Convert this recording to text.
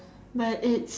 but it's